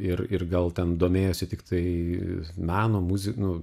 ir ir gal ten domėjosi tiktai meno muzi nu